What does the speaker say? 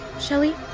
Shelly